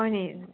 হয়নি